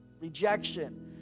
rejection